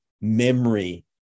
memory